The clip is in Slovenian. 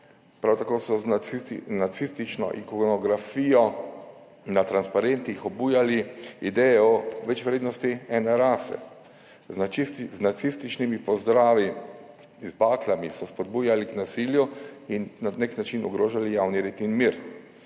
Prav tako so z nacistično ikonografijo na transparentih obujali idejo o večvrednosti ene rase. Z nacističnimi pozdravi, z baklami so spodbujali k nasilju in na nek način ogrožali javni red in mir.